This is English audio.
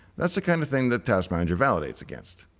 that's the kind of thing that task manager validates against.